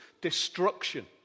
destruction